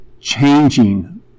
changing